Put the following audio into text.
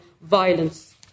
violence